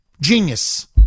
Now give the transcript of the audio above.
Genius